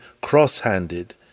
cross-handed